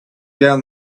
down